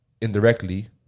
indirectly